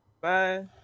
Bye